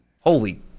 Holy